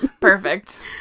Perfect